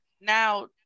now